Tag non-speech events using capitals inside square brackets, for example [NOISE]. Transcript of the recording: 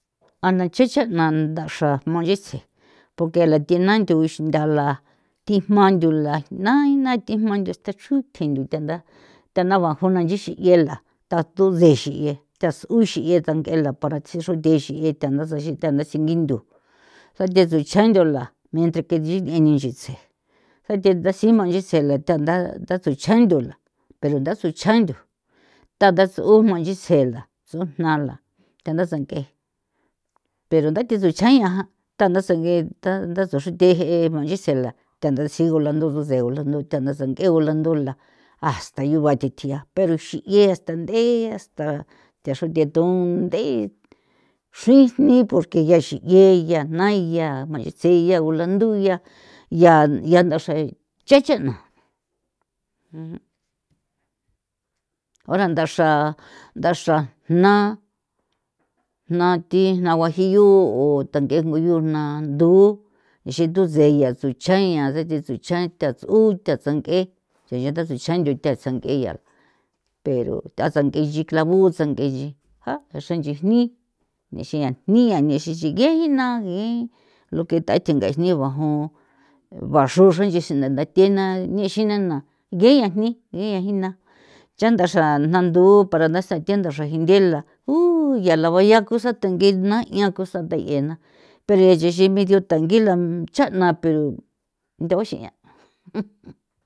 A na chechana ndaxra jma nchitse porque la thina ntho uxinthala tijma ndula naina tijma nche thexru tje nthu thanda thana ba juna nchixi yela tha thu sexi'e tha uxi'e tsangela para tsi xrutexie xra ntha xruthe tja tha ndasingi ndu [UNINTELLIGIBLE] chjan ndula mientra que xinche nchise ja the thasima nchitsje la la thantha ntha nthu ndu chandula pero ntha tsuchjan ndu thantha ts'u jma nchitsje nda ts'u jna la tanda tsang'e pero ndathi chuchji jan tanda sange ta tanda xuthe je' jma nchisela tha ntha uxigo la nthu nduseula nthu ntha tsank'e gula ndula hasta yo ba tjetji'a pero xie hasta nthe'a hasta thaxru thethu nth'e xruin ni porque ya xi'ie ya nja ya jma nchetse'ia gunlandu yaa yaa ndaxra che che'na ora ndaxra ndaxra jna jna thi jna guajillu o thange yo jna nduu ixi thu tse'ia tjsu chaina tse tsi tsucha tja utja sank'e saya tha tsusanyo tjasangiia pero tha tsang'e chi clavu tsang'e chi a xra nchijni nexia jnia nexinxin ngie jina nge lo que tha tje nji ba bajon ba xruxre nchexin ntha thina nixi na na geian jni ngeian jina cha ndaxra jnandu para la tsathu ndaxra jindela uu yala baya cosa the ngi jna'ia cosa the'ie na pero nchexi medio tangi la cha'na pero ntha uxi'ian'. [LAUGHS]